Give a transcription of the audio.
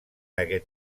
aquest